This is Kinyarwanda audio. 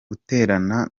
guterana